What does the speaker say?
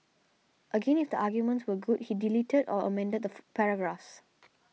again if the arguments were good he deleted or amended the paragraphs